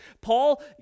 Paul